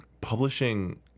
publishing